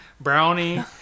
brownie